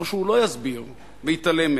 או שהוא לא יסביר ויתעלם מהם?